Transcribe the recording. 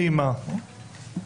אימא ואימא,